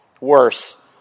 worse